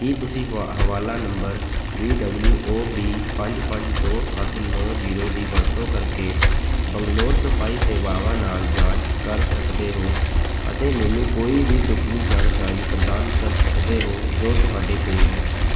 ਕੀ ਤੁਸੀਂ ਹਵਾਲਾ ਹਵਾਲਾ number V W O V ਪੰਜ ਪੰਜ ਦੋ ਸੱਤ ਨੌ ਜੀਰੋ ਦੀ ਵਰਤੋਂ ਕਰਕੇ ਬੰਗਲੋਰ ਸਫਾਈ ਸੇਵਾਵਾਂ ਨਾਲ ਜਾਂਚ ਕਰ ਸਕਦੇ ਹੋ ਅਤੇ ਮੈਨੂੰ ਕੋਈ ਵੀ ਢੁੱਕਵੀਂ ਜਾਣਕਾਰੀ ਪ੍ਰਦਾਨ ਕਰ ਸਕਦੇ ਹੋ ਜੋ ਤੁਹਾਡੇ ਕੋੋਲ ਹੈ